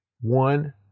one